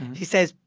she says.